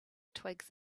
twigs